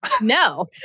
No